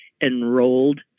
enrolled